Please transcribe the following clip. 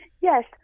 Yes